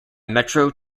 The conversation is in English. metro